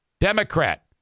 Democrat